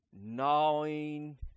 Gnawing